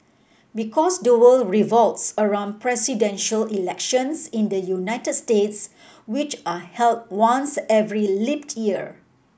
because the world revolves around presidential elections in the United States which are held once every leap year